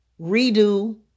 redo